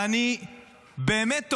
ואני באמת תוהה,